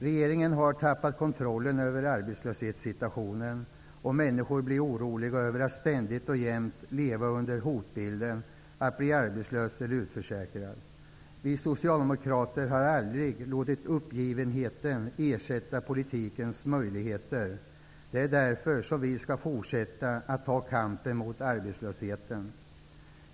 Regeringen har tappat kontrollen över arbetslöshetssituationen, och människor blir oroliga av att ständigt och jämt leva med hotbilden att de kan bli arbetslösa eller utförsäkrade. Vi socialdemokrater har aldrig låtit uppgivenheten ersätta politikens möjligheter. Det är därför som vi ska fortsätta att ta kampen mot arbetslösheten.